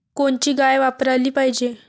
कोनची गाय वापराली पाहिजे?